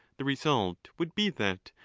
the result would be that,